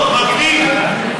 מתוך ניצול.